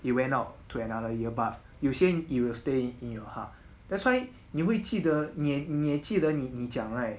it went out to another ear but 有些 it will stay in your heart that's why 你会记得你也你也记得你讲 right